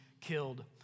killed